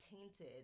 tainted